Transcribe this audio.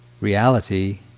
reality